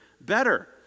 better